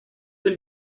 dès